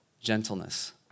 gentleness